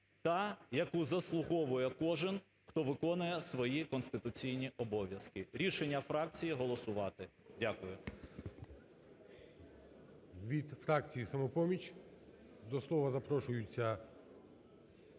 та, яку заслуговує кожен, хто виконує свої конституційні обов'язки. Рішення фракції: голосувати. Дякую.